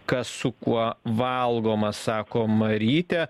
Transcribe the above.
kas su kuo valgoma sako marytė